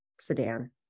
sedan